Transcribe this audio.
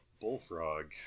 bullfrog